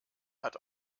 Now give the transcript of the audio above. hat